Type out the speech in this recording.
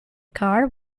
car